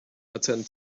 attend